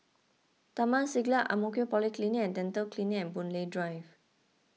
Taman Siglap Ang Mo Kio Polyclinic and Dental Clinic and Boon Lay Drive